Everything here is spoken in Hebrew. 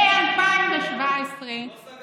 מ-2017 אין יותר,